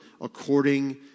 according